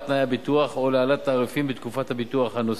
תנאי הביטוח או להעלאת תעריפים בתקופת הביטוח הנוספת,